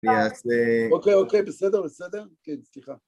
אז אה..אוקיי, אוקיי, בסדר, בסדר, כן, סליחה.